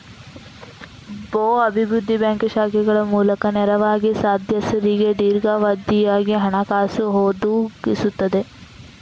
ಭೂ ಅಭಿವೃದ್ಧಿ ಬ್ಯಾಂಕ್ ಶಾಖೆಗಳ ಮೂಲಕ ನೇರವಾಗಿ ಸದಸ್ಯರಿಗೆ ದೀರ್ಘಾವಧಿಯ ಹಣಕಾಸು ಒದಗಿಸುತ್ತದೆ